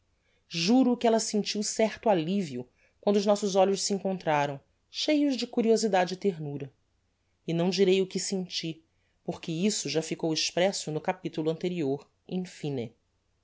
juro que ella sentiu certo allivio quando os nossos olhos se encontraram cheios de curiosidade e ternura e não direi o que senti porque isso já ficou expresso no capitulo anterior